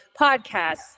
podcasts